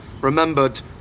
remembered